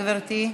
גברתי.